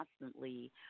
constantly